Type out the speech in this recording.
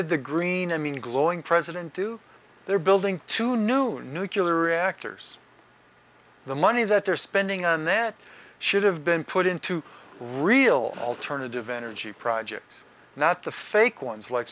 did the green i mean glowing president do they're building two new nucular reactors the money that they're spending on that should have been put into real alternative energy projects not the fake ones like